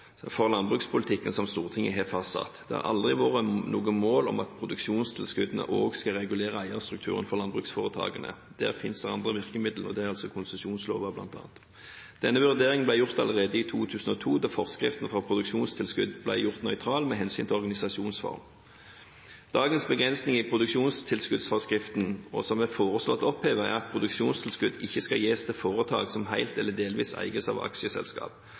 landbrukspolitikken som Stortinget har fastsatt. Det har aldri vært noe mål om at produksjonstilskuddene også skal regulere eierstrukturen for landbruksforetakene. Der finnes det andre virkemidler, bl.a. konsesjonsloven. Denne vurderingen ble gjort allerede i 2002, da forskriften for produksjonstilskudd ble gjort nøytral med hensyn til organisasjonsform. Dagens begrensning i produksjonstilskuddsforskriften – som er foreslått opphevet – er at produksjonstilskudd ikke skal gis til foretak som helt eller delvis eies av aksjeselskap.